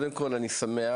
אני שמח.